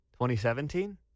2017